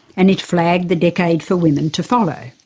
and it flagged the decade for women to follow.